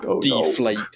deflate